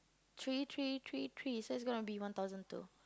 three three three three so it's going to be one thousand two